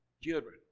children